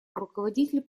руководитель